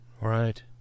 Right